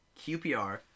QPR